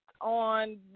on –